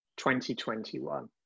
2021